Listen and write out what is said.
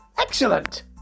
Excellent